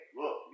look